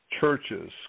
churches